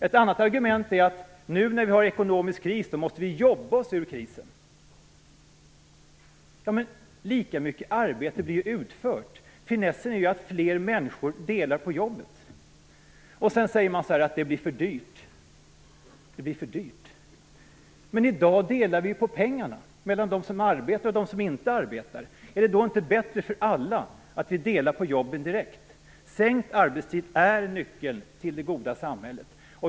Ett annat argument är att vi nu när vi har ekonomisk kris måste jobba oss ur krisen. Men lika mycket arbete blir ju utfört! Finessen är att fler människor delar på jobbet. Sedan säger man att det blir för dyrt. Men i dag delar vi ju på pengarna mellan dem som arbetar och dem som inte arbetar. Är det då inte bättre för alla att vi delar på jobben direkt? Sänkt arbetstid är nyckeln till det goda samhället.